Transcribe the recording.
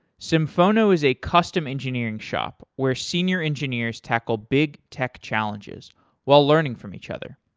symphono is a custom engineering shop where senior engineers tackle big tech challenges while learning from each other.